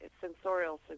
sensorial